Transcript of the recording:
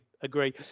agree